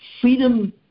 Freedom